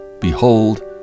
Behold